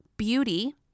beauty